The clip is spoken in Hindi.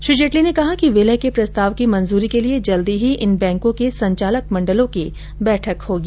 श्री जेटली ने कहा कि विलय के प्रस्ताव की मंजूरी के लिए जल्दी ही इन बैंकों के संचालक मंडलों की बैठक होगी